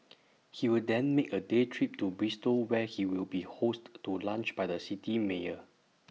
he will then make A day trip to Bristol where he will be hosted to lunch by the city's mayor